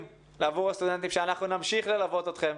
עבור הסטודנטים שאנחנו נמשיך ללוות אתכם,